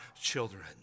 children